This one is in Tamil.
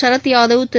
ஷரத் யாதவ் திரு